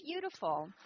beautiful